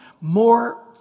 more